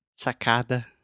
sacada